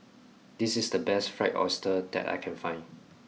this is the best fried oyster that I can find